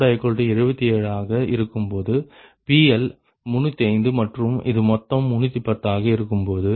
44 77 ஆக இருக்கும்போது PL305 மற்றும் இது மொத்தம் 310 ஆக இருக்கும்போது